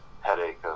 headache